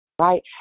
right